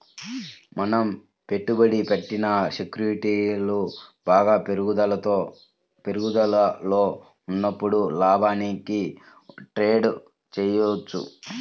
మనం పెట్టుబడి పెట్టిన సెక్యూరిటీలు బాగా పెరుగుదలలో ఉన్నప్పుడు లాభానికి ట్రేడ్ చేయవచ్చు